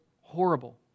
horrible